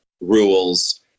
rules